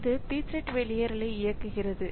இது pthread வெளியேறலை இயக்குகிறது